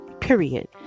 period